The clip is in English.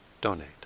donate